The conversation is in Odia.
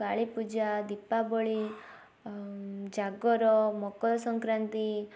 କାଳୀ ପୂଜା ଦୀପାବଳି ଆଉ ଜାଗର ମକର ସଂକ୍ରାନ୍ତି